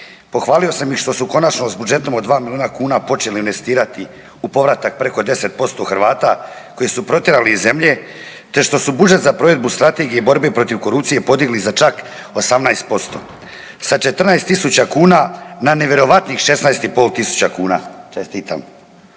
pohvalio sam ih što su konačnom s budžetom od 2 milijuna kuna počeli investirati u povratak preko 10% Hrvata koji su protjerani iz zemlje te što su budžet za provedbu Strategije borbe protiv korupcije podigli za čak 18%. Sa 14 000 kuna na nevjerojatnih 16 500 kuna. Čestitam.